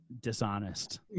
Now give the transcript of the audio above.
dishonest